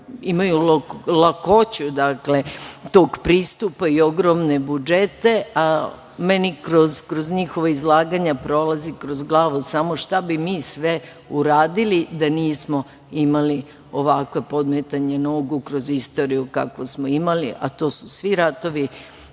imaju lakoću tog pristupa i ogromne budžete. Meni kroz njihova izlaganja prolazi kroz glavu samo šta bi mi sve uradili da nismo imali ovakva podmetanja nogu kroz istoriju kako smo imali, a to su svi ratovi